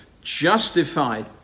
justified